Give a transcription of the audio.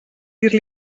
dir